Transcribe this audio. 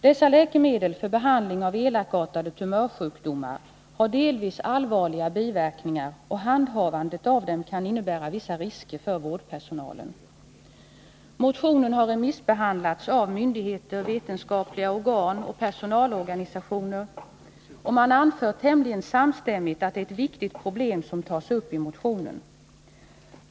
Dessa läkemedel för behandling av elakartade tumörsjukdomar har delvis allvarliga biverkningar, och handhavandet av dem kan innebära vissa risker för vårdpersonalen. Motionen har remissbehandlats av myndigheter, vetenskapliga organ och personalorganisationer, och man anför tämligen samstämmigt att det är ett viktigt problem som tas upp i motionen.